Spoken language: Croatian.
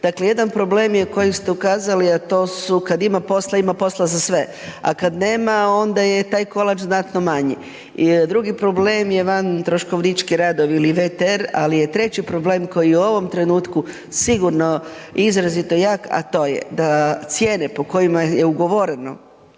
Dakle, jedan problem koji ste ukazali, a to su kada ima posla, ima posla za sve, a kada nema onda je taj kolač znatno manji. Drugi problem je van troškovnički radovi ili VTR, ali je treći problem koji je u ovom trenutku sigurno izrazito jak, a to je da cijene po kojima je ugovoreno